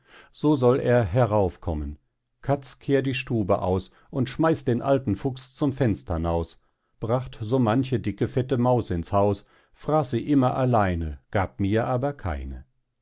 so soll er heraufkommen katz kehr die stube aus und schmeiß den alten fuchs zum fenster naus bracht so manche dicke fette maus ins haus fraß sie immer alleine gab mir aber keine